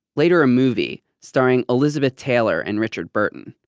later a movie starring elizabeth taylor and richard burton,